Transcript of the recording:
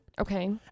Okay